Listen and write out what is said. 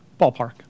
Ballpark